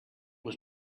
was